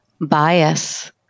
bias